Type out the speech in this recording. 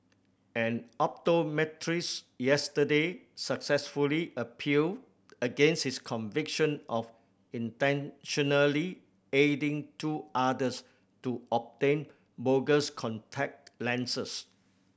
an optometrist yesterday successfully appealed against his conviction of intentionally aiding two others to obtain bogus contact lenses